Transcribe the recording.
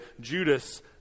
Judas